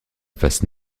face